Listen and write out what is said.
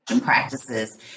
practices